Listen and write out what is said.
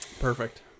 Perfect